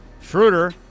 Schroeder